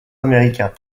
américains